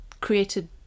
created